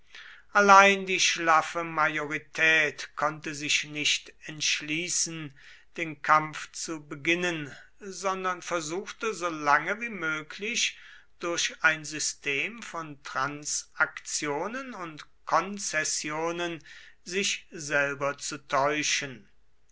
allein die schlaffe majorität konnte sich nicht entschließen den kampf zu beginnen sondern versuchte so lange wie möglich durch ein system von transaktionen und konzessionen sich selber zu täuschen